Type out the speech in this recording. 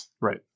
Right